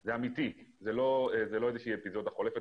זה אמיתי, זו לא איזושהי אפיזודה חולפת.